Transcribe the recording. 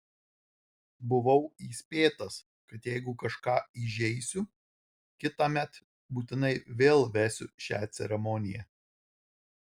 buvau įspėtas kad jeigu kažką įžeisiu kitąmet būtinai vėl vesiu šią ceremoniją